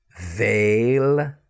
veil